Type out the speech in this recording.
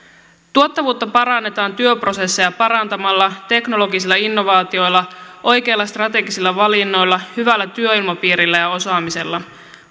tuottavuutta parannetaan työprosesseja parantamalla teknologisilla innovaatioilla oikeilla strategisilla valinnoilla hyvällä työilmapiirillä ja osaamisella